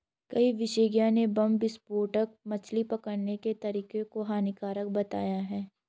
कई विशेषज्ञ ने बम विस्फोटक मछली पकड़ने के तरीके को हानिकारक बताया है